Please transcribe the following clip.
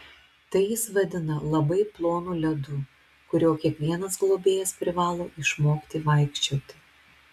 tai jis vadina labai plonu ledu kuriuo kiekvienas globėjas privalo išmokti vaikščioti